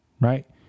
right